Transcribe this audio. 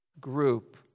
group